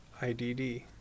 IDD